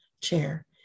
chair